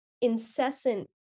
incessant